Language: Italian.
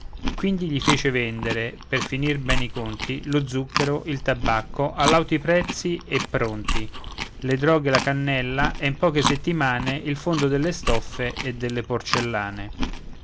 quindi gli fece vendere per finir bene i conti lo zucchero il tabacco a lauti prezzi e pronti le droghe la cannella e in poche settimane il fondo delle stoffe e delle porcellane